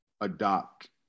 adopt